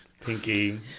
Pinky